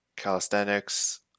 calisthenics